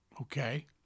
Okay